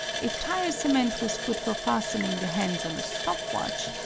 if tire cement was good for fastening the hands on a stop watch,